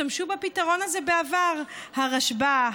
השתמשו בפתרון הזה בעבר הרשב"א,